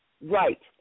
Right